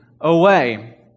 away